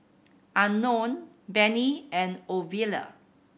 Unknown Benny and Ovila